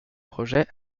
projet